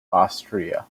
austria